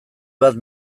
bat